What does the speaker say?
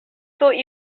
thought